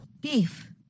Beef